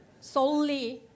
solely